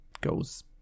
goes